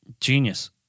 Genius